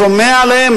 שומע להם,